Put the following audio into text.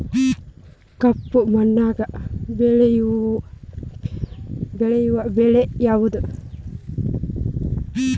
ಕಪ್ಪು ಮಣ್ಣಾಗ ಬೆಳೆಯೋ ಬೆಳಿ ಯಾವುದು?